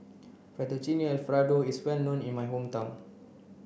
Fettuccine Alfredo is well known in my hometown